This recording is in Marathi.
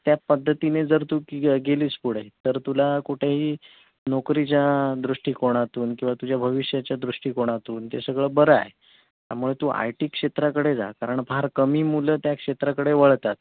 त्याच पद्धतीने जर तू की गेलीस पुढे तर तुला कुठेही नोकरीच्या दृष्टिकोणातून किंवा तुझ्या भविष्याच्या दृष्टिकोणातून ते सगळं बरं आहे त्यामुळे तू आय टी क्षेत्राकडे जा कारण फार कमी मुलं त्या क्षेत्राकडे वळतात